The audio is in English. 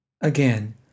Again